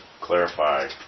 clarify